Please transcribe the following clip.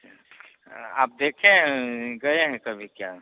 अच्छा आप देखे हैं गए हैं कभी क्या